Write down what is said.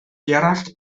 gerallt